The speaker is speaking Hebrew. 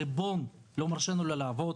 הריבון לא מרשה לנו לעבוד.